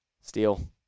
Steal